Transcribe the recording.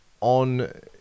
on